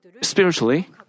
spiritually